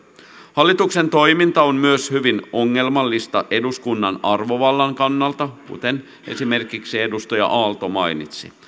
hallituksen toiminta on hyvin ongelmallista myös eduskunnan arvovallan kannalta kuten esimerkiksi edustaja aalto mainitsi